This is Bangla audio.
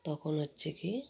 তখন হচ্ছে কি